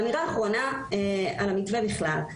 אמירה אחרונה על המתווה בכלל.